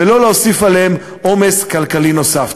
ולא להוסיף עליהם עומס כלכלי נוסף.